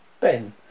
Ben